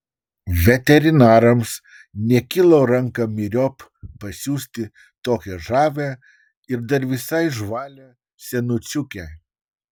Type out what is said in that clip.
veterinarams nekilo ranką myriop pasiųsti tokią žavią ir dar visai žvalią senučiukę